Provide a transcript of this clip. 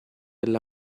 alla